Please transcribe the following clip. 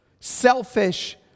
selfish